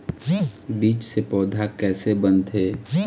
बीज से पौधा कैसे बनथे?